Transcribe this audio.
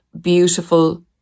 beautiful